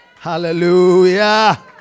Hallelujah